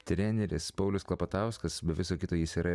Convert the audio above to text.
treneris paulius klapatauskas be viso kito jis yra